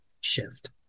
shift